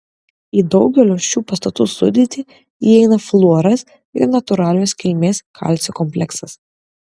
į daugelio šių pastų sudėtį įeina fluoras ir natūralios kilmės kalcio kompleksas